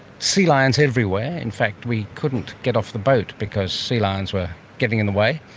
sea lions everywhere, in fact we couldn't get off the boat because sea lions were getting in the way.